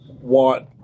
want